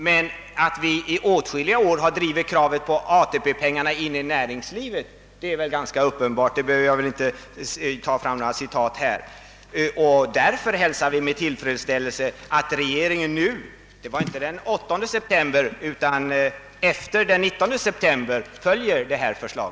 Men vi har som sagt i åtskilliga år drivit kravet att ATP-pengarna skall föras in i näringslivet. Vi hälsar därför också med tillfredsställelse att regeringen nu följer detta förslag.